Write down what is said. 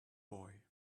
boy